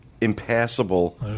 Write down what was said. impassable